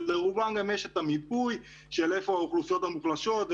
ולרובם גם יש את המיפוי איפה האוכלוסיות המוחלשות,